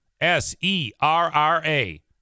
S-E-R-R-A